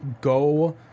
go